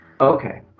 okay